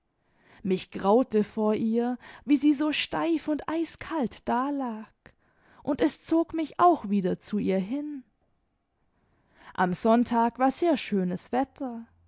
mich graulte vor ihr wie sie so steif und eiskalt dalag und es zog mich auch wieder zu ihr hin am sonntag war sehr schönes wetter